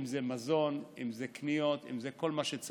אם זה מזון, אם זה קניות, אם זה כל מה שצריך.